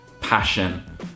passion